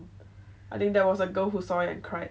I think there was a girl who saw it and cried